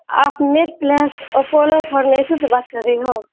ہاں آپ Apollo Pharmacy سے بات کر رہی ہو